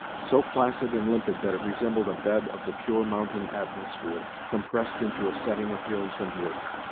so placid and limpid that it resembled a bed of the pure mountain atmosphere, compressed into a setting of hills and woods.